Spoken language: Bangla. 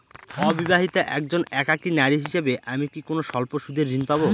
অবিবাহিতা একজন একাকী নারী হিসেবে আমি কি কোনো স্বল্প সুদের ঋণ পাব?